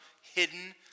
hidden